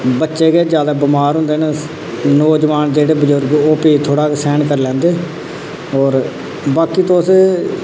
बच्चे गै ज्यादा बमार होंदे न नौजवान जेह्ड़े बुजुर्ग ओह् फ्ही थोह्ड़ा सैह्न करी लैंदे और बाकी तुस